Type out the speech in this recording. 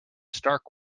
stark